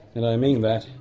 and i mean that.